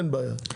אין בעיה.